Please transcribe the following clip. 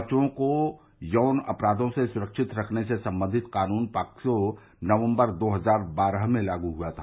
बच्चों को यौन अपराधों से सुरक्षित रखने से संबंधित कानून पॉक्सो नवम्बर दो हजार बारह में लागू हुआ था